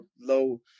low